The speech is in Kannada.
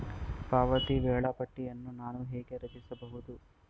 ಪಾವತಿ ವೇಳಾಪಟ್ಟಿಯನ್ನು ನಾನು ಹೇಗೆ ರಚಿಸುವುದು?